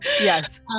Yes